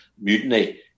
mutiny